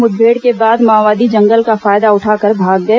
मुठभेड़ के बाद माओवादी जंगल का फायदा उठाकर भाग गए